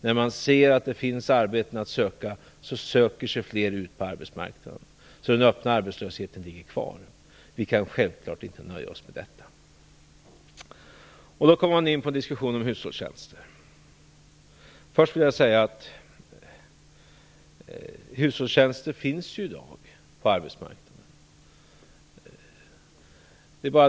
När människor ser att det finns arbeten att söka så söker sig fler ut på arbetsmarknaden. Den öppna arbetslösheten ligger alltså kvar. Vi kan självklart inte nöja oss med detta. Då kommer man in på diskussionen om hushållstjänster. Först vill jag säga att hushållstjänster finns på arbetsmarknaden i dag.